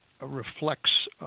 reflects